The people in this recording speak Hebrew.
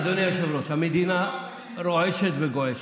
אדוני היושב-ראש, המדינה רועשת וגועשת.